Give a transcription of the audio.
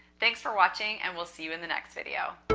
thanks for watching. and we'll see you in the next video.